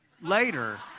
later